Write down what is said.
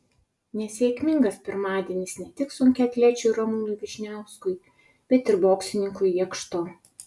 nesėkmingas pirmadienis ne tik sunkiaatlečiui ramūnui vyšniauskui bet ir boksininkui jakšto